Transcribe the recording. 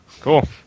Cool